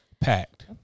packed